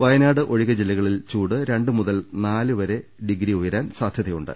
വയനാട് ഒഴികെ ജില്ല കളിൽ ചൂട് രണ്ട് മുതൽ നാല് ഡിഗ്രി വരെ ഉയരാൻ സാധ്യതയുണ്ട്